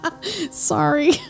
Sorry